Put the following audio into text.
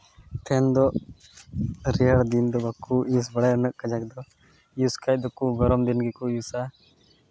fan ᱫᱚ ᱨᱤᱭᱟᱲ ᱫᱤᱱ ᱫᱚ ᱵᱟᱠᱚ ᱤᱭᱩᱥ ᱵᱟᱲᱟᱭᱟ ᱩᱱᱟᱹᱜ ᱠᱟᱡᱟᱠ ᱫᱚ ᱤᱭᱩᱥ ᱠᱷᱟᱡ ᱫᱚᱠᱚ ᱜᱚᱨᱚᱢ ᱫᱤᱱ ᱜᱮᱠᱚ ᱤᱭᱩᱥᱼᱟ